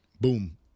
boom